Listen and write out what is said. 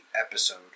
episode